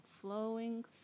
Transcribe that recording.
flowing